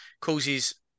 causes